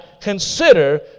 consider